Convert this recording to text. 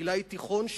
גילאי תיכון,